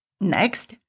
Next